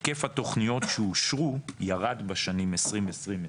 היקף התוכניות שאושרו ירד בשנים 2020-2021,